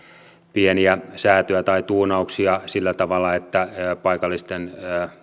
pieniä säätöjä tai tuunauksia sillä tavalla että paikallisten